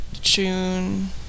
june